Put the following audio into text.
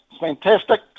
fantastic